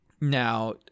now